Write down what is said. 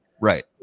Right